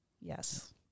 Yes